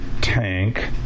tank